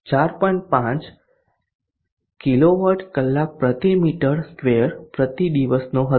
5 kilowatt કલાક પ્રતિ metre square પ્રતિ દિવસનો હતો